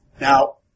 Now